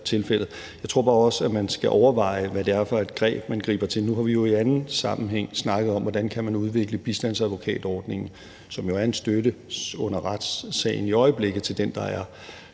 Jeg tror bare også, at man skal overveje, hvad det er for et greb, man griber til. Nu har vi jo i anden sammenhæng snakket om, hvordan man kan udvikle bistandsadvokatordningen, som jo er en støtte under retssagen i øjeblikket til den, der er